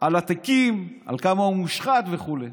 על התיקים, כמה הוא מושחת וכו'.